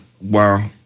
Wow